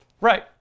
Right